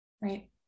Right